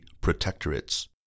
protectorates